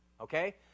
Okay